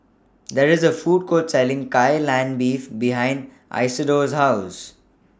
There IS A Food Court Selling Kai Lan Beef behind Isidore's House